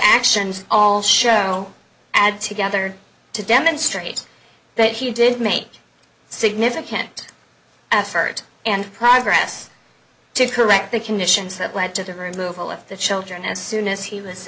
actions all show add together to demonstrate that he did make a significant effort and progress to correct the conditions that led to her move all of the children as soon as he was